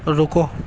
رکو